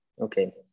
Okay